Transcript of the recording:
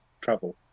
travel